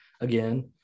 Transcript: again